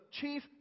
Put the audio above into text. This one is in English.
chief